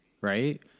right